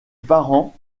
parents